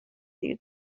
زیر